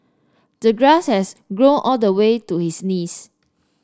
the grass has grown all the way to his knees